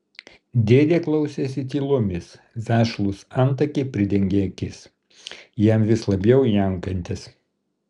dėdė klausėsi tylomis vešlūs antakiai pridengė akis jam vis labiau niaukiantis